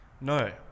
No